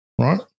right